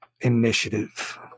initiative